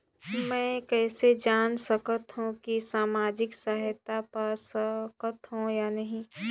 मै कइसे जान सकथव कि मैं समाजिक सहायता पा सकथव या नहीं?